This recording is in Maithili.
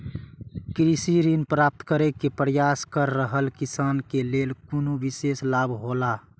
कृषि ऋण प्राप्त करे के प्रयास कर रहल किसान के लेल कुनु विशेष लाभ हौला?